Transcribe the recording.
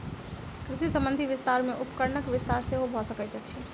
कृषि संबंधी विस्तार मे उपकरणक विस्तार सेहो भ सकैत अछि